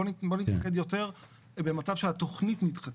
בוא נתמקד יותר במצב שהתכנית נדחתה.